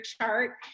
chart